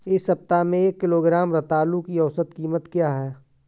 इस सप्ताह में एक किलोग्राम रतालू की औसत कीमत क्या है?